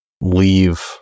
leave